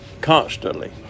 constantly